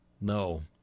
No